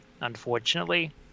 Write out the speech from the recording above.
unfortunately